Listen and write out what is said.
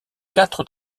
quatre